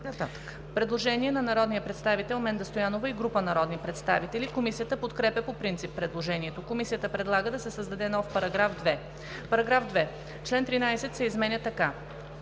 Предложение на Менда Стоянова и група народни представители. Комисията подкрепя по принцип предложението. Комисията предлага да се създаде нов § 2: „§ 2. Чл. 13 се изменя така: